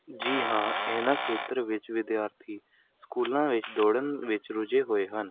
ਜੀ ਹਾਂ ਇਨ੍ਹਾਂ ਖੇਤਰ ਵਿੱਚ ਵਿਦਿਆਰਥੀ ਸਕੂਲਾਂ ਵਿੱਚ ਦੌੜਨ ਵਿੱਚ ਰੁੱਝੇ ਹੋਏ ਹਨ